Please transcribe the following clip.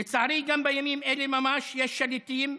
לצערי, גם בימים אלה ממש יש שליטים,